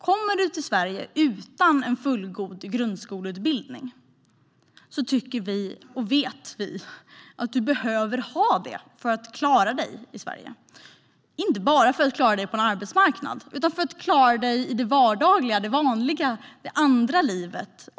Kommer du till Sverige utan en fullgod grundskoleutbildning tycker vi, och vet vi, att du behöver ha det för att klara dig i Sverige. Det är inte bara för att du ska klara dig på arbetsmarknaden utan för att du ska klara dig också i det vardagliga, vanliga, andra livet.